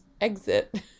exit